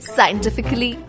Scientifically